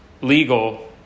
legal